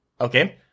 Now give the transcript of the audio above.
okay